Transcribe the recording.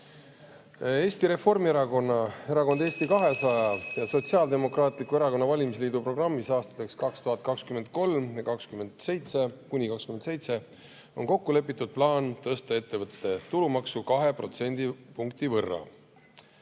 Eesti Reformierakonna, Erakonna Eesti 200 ja Sotsiaaldemokraatliku Erakonna valimisliidu programmis aastateks 2023–2027 on kokku lepitud plaan tõsta ettevõtte tulumaksu 2% võrra.